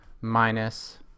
minus